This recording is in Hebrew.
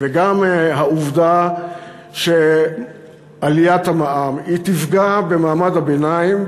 וגם העובדה שעליית המע"מ יפגעו במעמד הביניים.